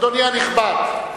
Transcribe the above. אדוני הנכבד,